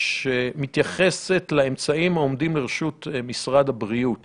שמתייחסת לאמצעים העומדים לרשות משרד הבריאות